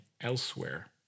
elsewhere